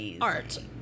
art